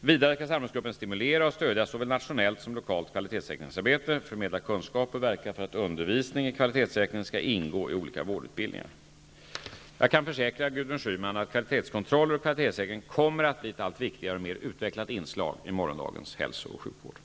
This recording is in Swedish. Vidare skall samrådsgruppen stimulera och stödja såväl nationellt som lokalt kvalitetssäkringsarbete, förmedla kunskap och verka för att undervisning i kvalitetssäkring skall ingå i olika vårdutbildningar. Jag kan försäkra Gudrun Schyman att kvalitetskontroller och kvalitetssäkring kommer att bli ett allt viktigare och mer utvecklat inslag i morgondagens hälso och sjukvård.